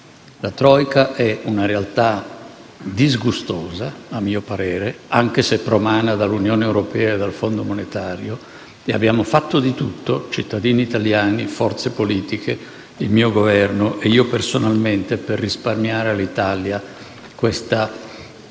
La *troika* è una realtà disgustosa, a mio parere, anche se promana dall'Unione europea e dal Fondo monetario, e abbiamo fatto di tutto - cittadini italiani, forze politiche, il mio Governo e io personalmente - per risparmiare all'Italia questa